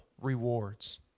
rewards